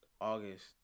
August